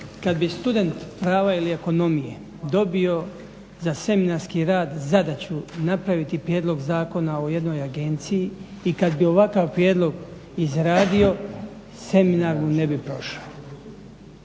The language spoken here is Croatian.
kad bi student prava ili ekonomije dobio za seminarski rad zadaću napraviti prijedlog zakona o jednoj agenciji i kad bi ovakav prijedlog izradio seminar mu ne bi prošao